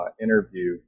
Interview